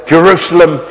Jerusalem